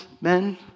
men